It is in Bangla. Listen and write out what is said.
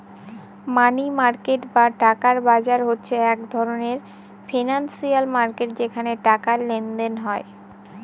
মানি মার্কেট বা টাকার বাজার হচ্ছে এক ধরনের ফিনান্সিয়াল মার্কেট যেখানে টাকার লেনদেন হয়